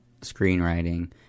screenwriting